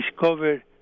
discovered